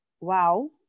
wow